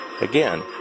again